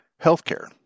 Healthcare